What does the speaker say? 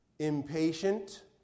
impatient